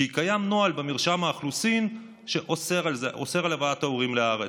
כי קיים נוהל במרשם האוכלוסין שאוסר הבאת ההורים לארץ.